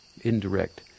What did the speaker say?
indirect